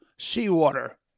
seawater